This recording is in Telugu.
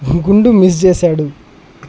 గుండు మిస్ చేశాడు